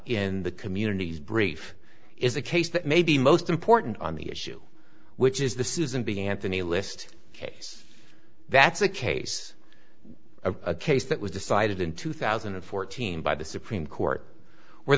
in the communities brief is a case that may be most important on the issue which is the susan b anthony list case that's a case of a case that was decided in two thousand and fourteen by the supreme court where